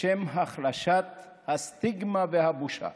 ראשונה, לשם החלשת הסטיגמה והבושה,